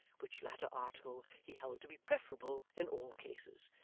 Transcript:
which latter article he held to be preferable in all cases,